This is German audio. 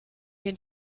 den